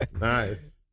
Nice